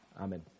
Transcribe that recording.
Amen